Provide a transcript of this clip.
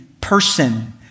person